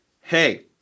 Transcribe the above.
Hey